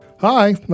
Hi